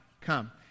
come